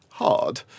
hard